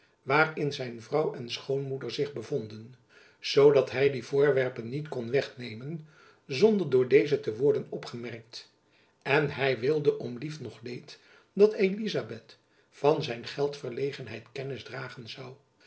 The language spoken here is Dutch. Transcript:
waarin zijn vrouw en schoonmoeder zich bevonden zoo dat hy die voorwerpen niet kon wegnemen zonder door deze te worden opgemerkt en hy wilde om lief noch leed dat elizabeth van zijn geldverlegenheid kennis dragen zoû